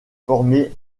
formé